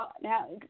now